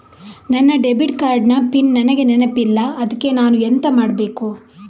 ನನ್ನ debit card ನ PIN ನನಗೆ ನೆನಪಿಲ್ಲ ಅದ್ಕೆ ನಾನು ಎಂತ ಮಾಡಬೇಕು?